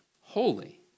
holy